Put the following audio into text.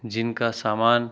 جن کا سامان